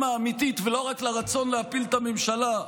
האמיתית ולא רק לרצון להפיל את הממשלה,